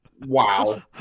Wow